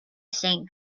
saint